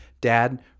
Dad